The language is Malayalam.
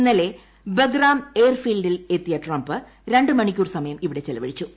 ഇന്നലെ ബഗ്രാം എയർ ഫീൽഡിൽ എത്തിയ ട്രംപ് രണ്ട് മണിക്കൂർ സമയം ഇവിടെ ചെലവഴിച്ചു